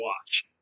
watch